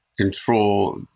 control